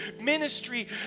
ministry